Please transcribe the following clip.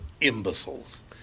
imbeciles